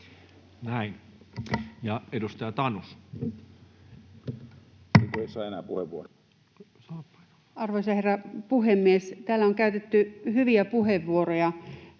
18:19 Content: Arvoisa herra puhemies! Täällä on käytetty hyviä puheenvuoroja